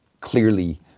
clearly